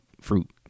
fruit